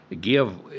give